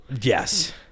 Yes